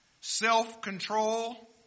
self-control